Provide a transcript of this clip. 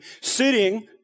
sitting